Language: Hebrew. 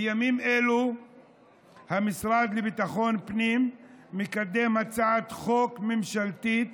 בימים אלה המשרד לביטחון הפנים מקדם הצעת חוק ממשלתית